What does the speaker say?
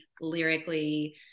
lyrically